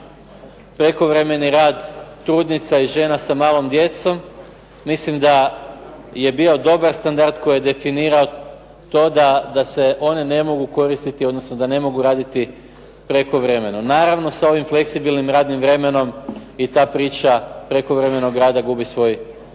prekovremeni rad trudnica i žena sa malom djecom. Mislim da je bio dobar standard koji je definirao da one ne mogu raditi prekovremeno. Naravno, sa ovim fleksibilnim radnom vremenom i ta priča prekovremenog rada gubi svoj